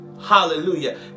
Hallelujah